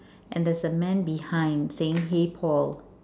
and there is a man behind saying hey Paul